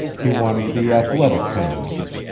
he wanted the athletic tendency,